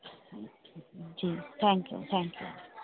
ji thank you thank you